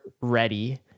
ready